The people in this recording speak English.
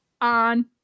on